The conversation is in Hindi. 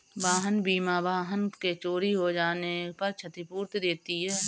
वाहन बीमा वाहन के चोरी हो जाने पर क्षतिपूर्ति देती है